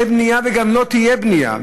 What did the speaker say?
אין בנייה וגם לא תהיה בנייה,